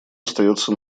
остается